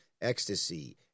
ecstasy